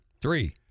Three